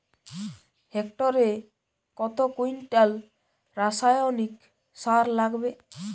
হেক্টরে কত কুইন্টাল রাসায়নিক সার লাগবে?